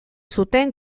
zuten